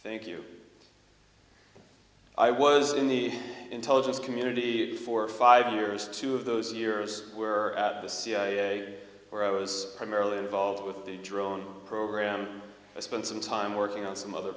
thank you i was in the intelligence community and for five years two of those years were at the cia where i was primarily involved with the drone program i spent some time working on some other